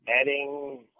adding